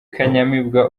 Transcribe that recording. kanyamibwa